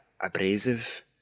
abrasive